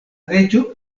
leĝo